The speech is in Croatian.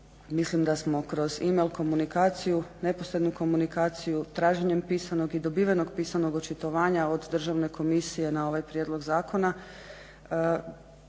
mislim da smo kroz e-mail komunikaciju neposrednu komunikaciju, traženjem pisanog i dobivenog pisanog očitovanja od državne komisije na ovaj prijedlog zakona